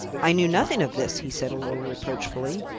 i knew nothing of this, he said a little reproachfully.